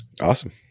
Awesome